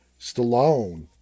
Stallone